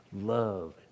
love